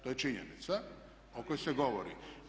To je činjenica o kojoj se govori.